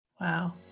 Wow